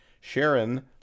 Sharon